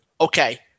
okay